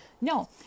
No